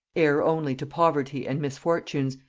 heir only to poverty and misfortunes,